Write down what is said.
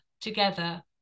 together